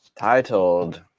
Titled